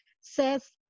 says